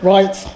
Right